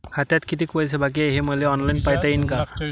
खात्यात कितीक पैसे बाकी हाय हे मले ऑनलाईन पायता येईन का?